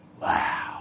Wow